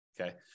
Okay